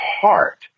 heart